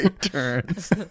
Turns